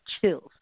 chills